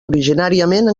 originàriament